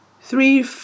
three